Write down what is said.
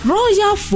Royal